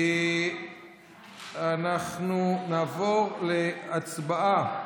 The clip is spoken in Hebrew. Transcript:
אנחנו נעבור להצבעה.